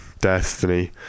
Destiny